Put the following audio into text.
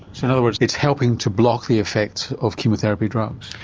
so and other words it's helping to block the effects of chemotherapy drugs.